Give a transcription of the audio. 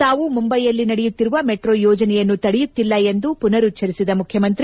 ತಾವು ಮುಂಬೈಯಲ್ಲಿ ನಡೆಯುತ್ತಿರುವ ಮೆಟ್ರೊ ಯೋಜನೆಯನ್ನು ತಡೆಯುತ್ತಿಲ್ಲ ಎಂದು ಪುನರುಚ್ಗರಿಸಿದ ಮುಖ್ಯಮಂತ್ರಿ